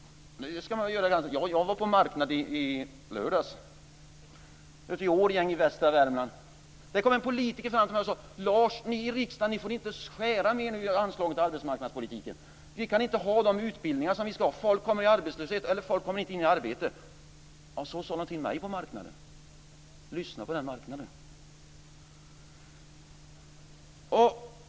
Ja, jag var på marknad i lördags, i Årjäng i västra Värmland. Då kom det en politiker fram till mig och sade: Lars, ni i riksdagen får inte skära mera i anslaget till arbetsmarknadspolitiken. Vi kan inte anordna de utbildningar som vi ska ha. Folk kommer inte in i arbete. Så sade man till mig på marknaden. Lyssna på den marknaden!